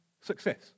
success